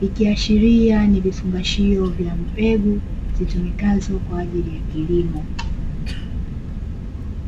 ikiashiria ni vifungashio vya mbegu zitumikazo kwa ajili ya kilimo.